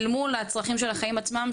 אל מול הצרכים של החיים עצמם,